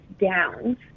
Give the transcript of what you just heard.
downs